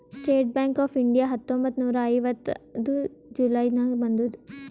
state Bank of India ಹತ್ತೊಂಬತ್ತ್ ನೂರಾ ಐವತ್ತೈದು ಜುಲೈ ನಾಗ್ ಬಂದುದ್